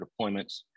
deployments